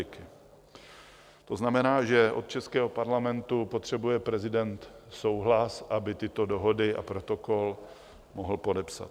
To znamená, že od českého Parlamentu potřebuje prezident souhlas, aby Dohodu a Protokol mohl podepsat.